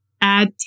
add